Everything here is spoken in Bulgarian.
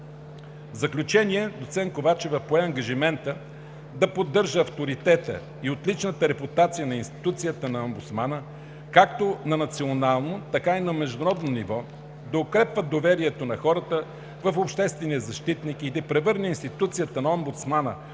В заключение доцент Ковачева пое ангажимента да поддържа авторитета и отличната репутация на институцията на Омбудсмана, както на национално, така и на международно ниво, да укрепва доверието на хората в обществения защитник и да превърне институцията на омбудсмана